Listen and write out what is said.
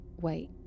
Wait